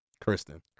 kristen